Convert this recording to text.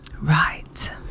right